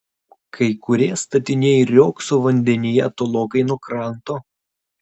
kai kurie statiniai riogso vandenyje tolokai nuo kranto